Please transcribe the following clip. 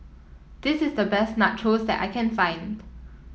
this is the best Nachos that I can find